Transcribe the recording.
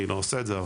אני לא עושה את זה,